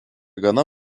gana